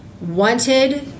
wanted